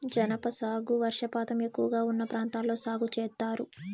జనప సాగు వర్షపాతం ఎక్కువగా ఉన్న ప్రాంతాల్లో సాగు చేత్తారు